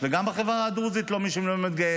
שהוא חשוב